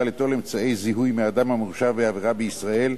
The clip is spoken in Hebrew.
ליטול אמצעי זיהוי מאדם המורשע בעבירה בישראל,